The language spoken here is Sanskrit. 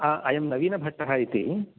अयं नवीनभट्टः इति